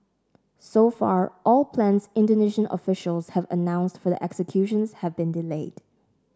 so far all plans Indonesian officials have announced for the executions have been delayed